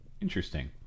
Interesting